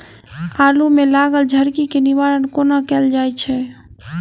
आलु मे लागल झरकी केँ निवारण कोना कैल जाय छै?